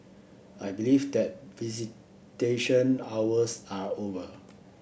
I believe that visitation hours are over